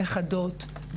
נכדות,